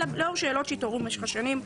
אלא לאור שאלות שהתעוררו במשך השנים,